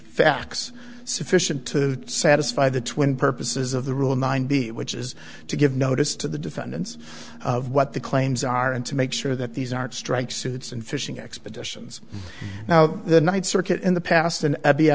facts sufficient to satisfy the twin purposes of the rule nine b which is to give notice to the defendants of what the claims are and to make sure that these aren't strike suits and fishing expeditions now the ninth circuit in the past and